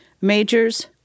majors